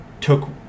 took